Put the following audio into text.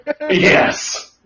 Yes